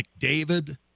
McDavid